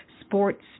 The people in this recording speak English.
sports